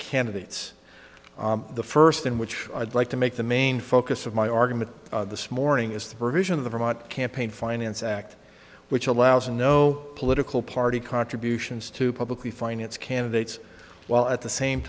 candidates the first in which i'd like to make the main focus of my argument this morning is the version of the vermont campaign finance act which allows no political party contributions to publicly finance candidates while at the same